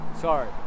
sorry